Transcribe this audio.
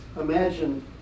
imagine